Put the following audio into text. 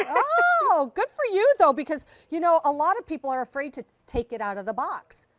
oh, good for you, though, because, you know, a lot of people are afraid to take it out of the box.